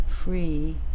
Free